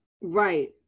Right